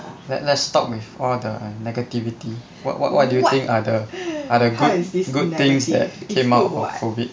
let let's stop with all the negativity what what what do you think are the are the good good things that came out of COVID